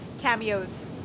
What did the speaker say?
cameos